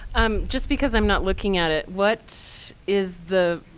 um just because i'm not looking at it, what is the